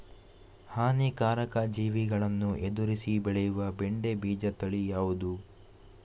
ಹಾನಿಕಾರಕ ಜೀವಿಗಳನ್ನು ಎದುರಿಸಿ ಬೆಳೆಯುವ ಬೆಂಡೆ ಬೀಜ ತಳಿ ಯಾವ್ದು?